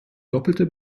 doppelte